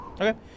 Okay